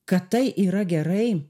kad tai yra gerai